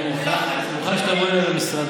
אני מוכן שתבוא אליי למשרד,